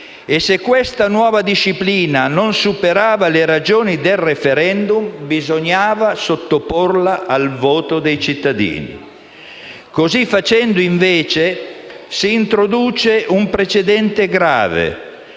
e se questa nuova disciplina non superava le ragioni del *referendum*, bisognava sottoporla al voto dei cittadini. Così facendo, invece, si introduce un precedente grave: